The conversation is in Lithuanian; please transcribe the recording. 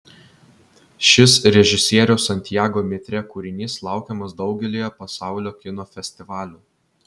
šis režisieriaus santiago mitre kūrinys laukiamas daugelyje pasaulio kino festivalių